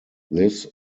this